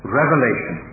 revelation